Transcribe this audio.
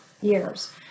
years